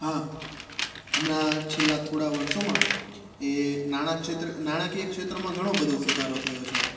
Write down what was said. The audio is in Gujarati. હા હમણાં છેલ્લા થોડાં વર્ષોમાં એ નાણાક્ષેત્ર નાણાકીય ક્ષેત્રમાં ઘણો બધો સુધારો થયો છે